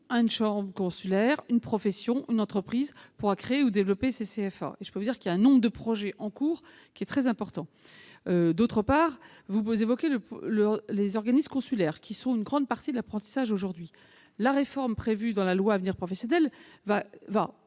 une chambre consulaire, une profession, une entreprise pourra créer ou développer un CFA. Je peux vous dire que le nombre de projets en cours est très important. Par ailleurs, vous avez évoqué les organismes consulaires, qui assurent une grande partie de l'apprentissage aujourd'hui. La réforme prévue dans la loi Avenir professionnel va